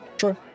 Sure